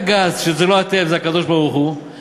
חברי וחברותי חברות הכנסת,